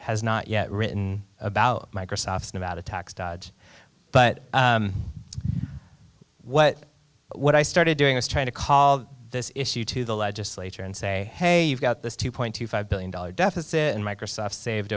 has not yet written about microsoft's nevada tax dodge but what what i started doing was trying to call this issue to the legislature and say hey you've got this two point two five billion dollars deficit in microsoft saved